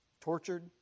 tortured